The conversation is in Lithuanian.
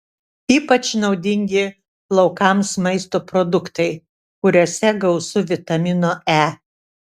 ypač naudingi plaukams maisto produktai kuriuose gausu vitamino e